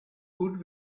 would